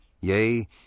yea